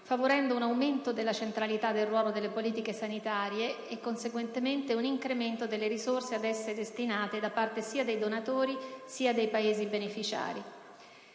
favorendo un aumento della centralità del ruolo delle politiche sanitarie e, conseguentemente, un incremento delle risorse ad esse destinate da parte sia dei donatori sia dei Paesi beneficiari.